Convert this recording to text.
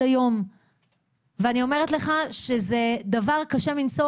היום ואני אומרת לך שזה דבר קשה מנשוא,